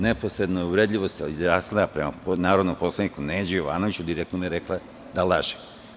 Neposredno uvredljivo se izjasnila prema narodnom poslaniku Neđi Jovanoviću, direktno mu je rekla da laže.